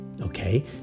Okay